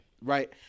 right